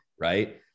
right